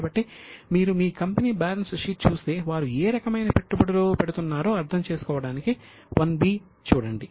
కాబట్టి మీరు మీ కంపెనీ బ్యాలెన్స్ షీట్ చూస్తే వారు ఏ రకమైన పెట్టుబడులు పెడుతున్నారో అర్థం చేసుకోవడానికి '1 b' చూడండి